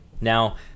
Now